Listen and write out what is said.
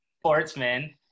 sportsman